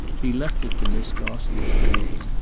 he left it to miss gostrey to name,